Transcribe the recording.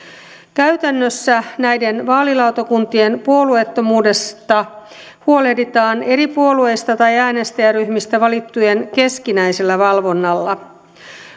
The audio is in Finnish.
käytännössä näiden vaalilautakuntien puolueettomuudesta huolehditaan eri puolueista tai äänestäjäryhmistä valittujen keskinäisellä valvonnalla